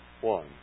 one